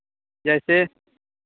जैसे